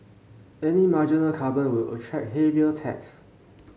any marginal carbon will attract heavier tax